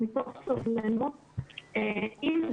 למרות שזה הפגנה והקטינים מעורבים שם עם הבגירים